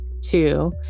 two